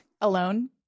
alone